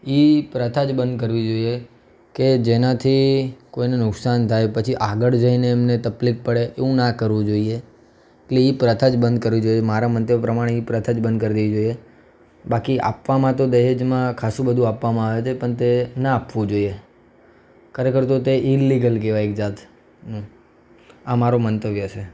એ પ્રથા જ બંધ કરવી જોઈએ કે જેનાથી કોઈને નુકસાન થાય પછી આગળ જઈને એમને તકલીફ પડે એવું ના કરવું જોઈએ એટલે એ પ્રથા જ બંધ કરવી જોઈએ મારા મંતવ્ય પ્રમાણે એ પ્રથા જ બંધ કર દેવી જોઈએ બાકી આપવામાં તો દહેજમાં ખાસુ બધું આપવામાં આવે છે પણ તે ના આપવું જોઈએ ખરેખર તો તે ઈલલીગલ કહેવાય એક જાતનું આ મારો મંતવ્ય છે